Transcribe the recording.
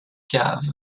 cave